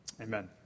Amen